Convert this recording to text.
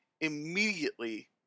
immediately